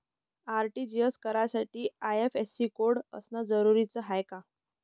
RTGS करासाठी IFSC code असनं जरुरीच हाय का?